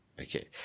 Okay